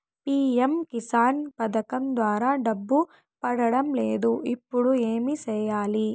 CM Kisan పథకం ద్వారా డబ్బు పడడం లేదు ఇప్పుడు ఏమి సేయాలి